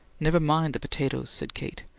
never mind the potatoes, said kate.